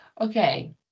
okay